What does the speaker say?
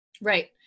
Right